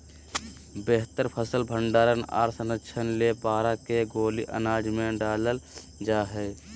बेहतर फसल भंडारण आर संरक्षण ले पारा के गोली अनाज मे डालल जा हय